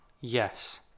yes